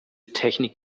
technik